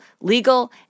legal